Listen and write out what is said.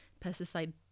pesticide